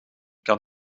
kan